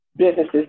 businesses